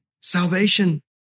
salvation